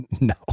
No